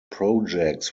projects